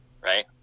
right